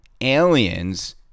aliens